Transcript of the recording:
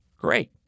Great